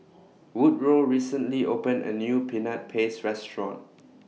Woodroe recently opened A New Peanut Paste Restaurant